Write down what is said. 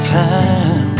time